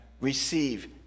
receive